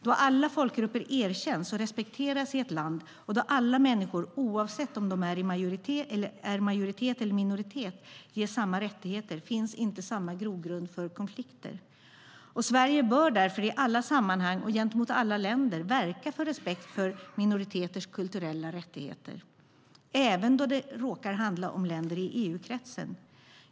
Då alla folkgrupper erkänns och respekteras i ett land, och då alla människor, oavsett om de är i majoritet eller minoritet, ges samma rättigheter, finns inte samma grogrund för konflikter. Sverige bör därför i alla sammanhang och gentemot alla länder verka för respekt för minoriteters kulturella rättigheter, även då det råkar handla om länder i EU-kretsen.